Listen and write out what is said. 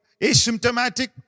asymptomatic